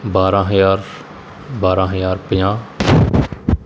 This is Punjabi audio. ਬਾਰਾਂ ਹਜ਼ਾਰ ਬਾਰਾਂ ਹਜ਼ਾਰ ਪੰਜਾਹ